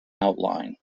outline